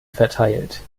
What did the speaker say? verteilt